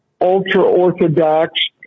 ultra-Orthodox